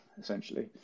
essentially